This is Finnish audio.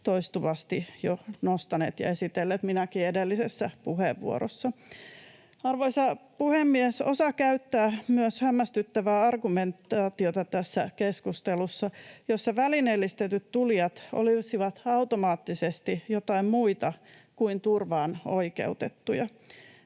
toistuvasti jo nostaneet ja esitelleet, minäkin edellisessä puheenvuorossa. Arvoisa puhemies! Osa käyttää myös hämmästyttävää argumentaatiota tässä keskustelussa, jossa välineellistetyt tulijat olisivat automaattisesti joitain muita kuin turvaan oikeutettuja.